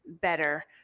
better